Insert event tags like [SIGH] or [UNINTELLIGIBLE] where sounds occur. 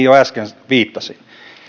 [UNINTELLIGIBLE] jo äsken viittasin